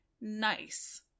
nice